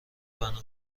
بنا